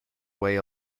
way